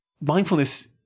Mindfulness